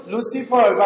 Lucifer